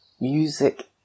music